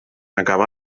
acabà